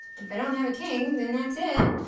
if i don't have a king, then that's it.